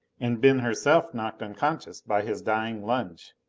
and been herself knocked unconscious by his dying lunge,